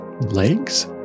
legs